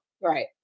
Right